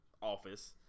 office